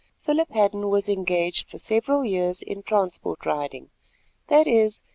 philip hadden was engaged for several years in transport-riding that is,